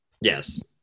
Yes